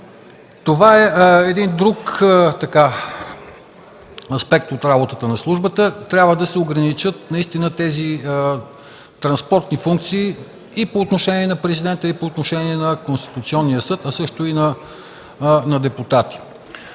Това е един друг аспект от работата на службата. Трябва да се ограничат тези транспортни функции и по отношение на президента, и по отношение на Конституционния съд, а също и на депутати.